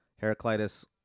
Heraclitus